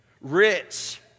rich